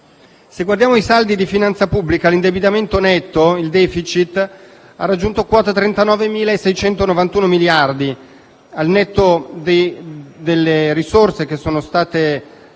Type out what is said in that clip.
Se guardiamo i saldi di finanza pubblica, l'indebitamento netto, il *deficit* ha raggiunto quota 39.691 miliardi; al netto delle risorse che sono state